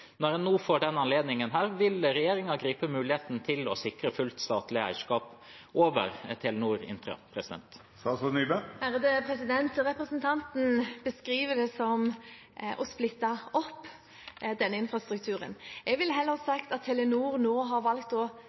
Når en nå får denne anledningen, vil regjeringen da gripe muligheten til å sikre fullt statlig eierskap over Telenor Infra? Representanten beskriver det som å splitte opp infrastrukturen. Jeg ville heller sagt at Telenor nå har valgt å